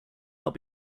not